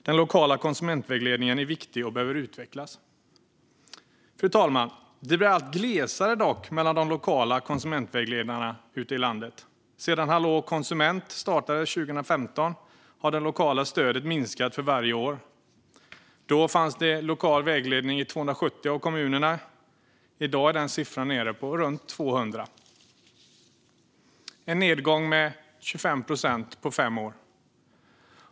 Den lokala konsumentvägledningen är viktig och behöver utvecklas. Fru talman! Det blir dock allt glesare mellan de lokala konsumentvägledningarna ute i landet. Sedan Hallå konsument startades 2015 har det lokala stödet minskat för varje år. Då fanns det lokal vägledning i 270 av kommunerna. I dag är den siffran nere på runt 200. Det är en nedgång på 25 procent på fem år.